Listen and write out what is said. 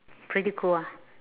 pretty cool ah